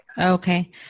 Okay